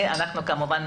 כמובן,